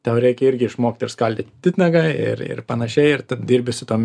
tau reikia irgi išmokt ir skaldyt titnagą ir ir panašiai ir taip dirbi su tom